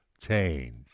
change